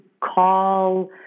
call